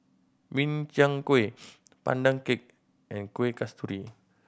Min Chiang Kueh Pandan Cake and Kueh Kasturi